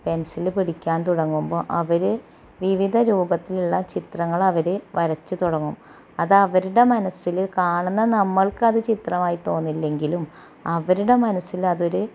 pencil പിടിക്കാൻ തുടങ്ങുമ്പോൾ അവര് വിവിധ രൂപത്തിലുള്ള ചിത്രങ്ങളവര് വരച്ച് തുടങ്ങും അത് അവരുടെ മനസ്സില് കാണുന്ന നമ്മൾക്കത് ചിത്രമായി തോന്നില്ലെങ്കിലും അവരുടെ മനസ്സിലതൊര്